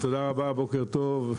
תודה רבה, בוקר טוב.